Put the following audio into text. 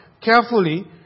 carefully